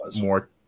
more